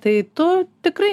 tai tu tikrai